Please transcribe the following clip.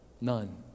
None